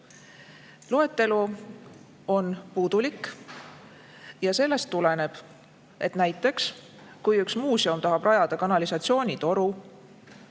Loetelu on puudulik. Ja sellest tuleneb, et näiteks, kui üks muuseum tahab rajada kanalisatsioonitoru